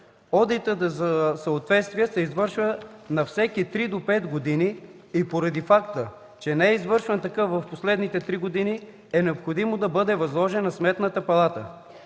Одитът за съответствие се извършва на всеки 3 до 5 години и поради факта, че не е извършван такъв в последните 3 години е необходимо да бъде възложен на Сметната палата.